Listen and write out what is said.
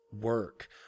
work